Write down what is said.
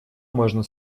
можно